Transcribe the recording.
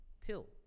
till